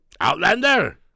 Outlander